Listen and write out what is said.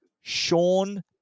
Sean